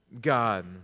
God